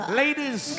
ladies